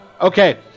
Okay